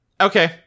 Okay